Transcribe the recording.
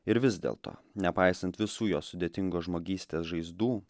ir vis dėlto nepaisant visų jo sudėtingo žmogystės žaizdų